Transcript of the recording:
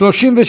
1 נתקבל.